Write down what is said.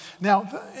Now